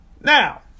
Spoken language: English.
Now